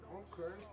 okay